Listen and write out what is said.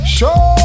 Show